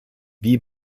wie